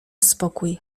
spokój